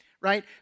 right